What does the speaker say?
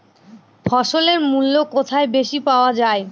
ফসলের মূল্য কোথায় বেশি পাওয়া যায়?